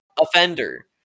offender